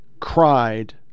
cried